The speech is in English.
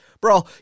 Bro